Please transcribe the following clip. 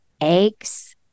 eggs